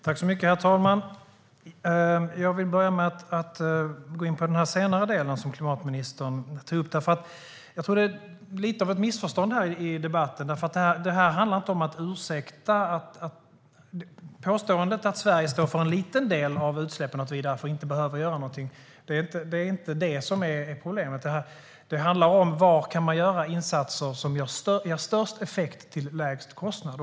Herr talman! Jag vill gå in på den senare delen som klimatministern tog upp. Jag tror att det har blivit ett litet missförstånd i debatten. Problemet är inte påståendet att Sverige står för en liten del av utsläppen och att vi därför inte behöver göra någonting. Det handlar om var man kan göra insatser som ger störst effekt till lägst kostnad.